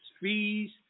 fees